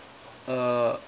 uh